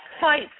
fight